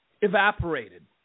evaporated